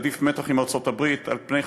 עדיף מתח עם ארצות-הברית על פני,